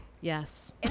Yes